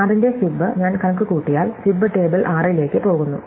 6 ന്റെ ഫിബ് ഞാൻ കണക്കുകൂട്ടിയാൽ ഫിബ്ടേബിൾ 6 ലേക്ക് പോകുന്നു